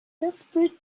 desperate